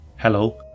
Hello